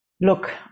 look